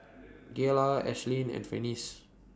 Gayla Ashlynn and Finis